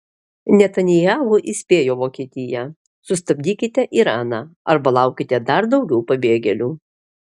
netanyahu įspėjo vokietiją sustabdykite iraną arba laukite dar daugiau pabėgėlių